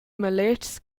maletgs